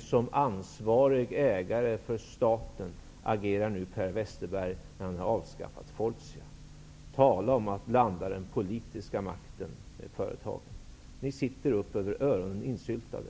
Som ansvarig företrädare för ägaren-staten agerar nu Per Westerberg när han har avskaffat Fortia. Tala om att blanda den politiska makten i företagen! Ni sitter upp över öronen insyltade.